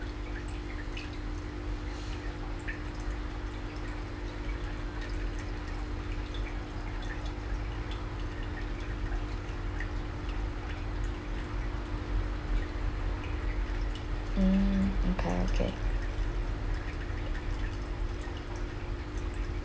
mm okay okay